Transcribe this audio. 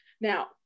Now